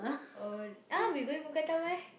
oh !huh! we going mookata meh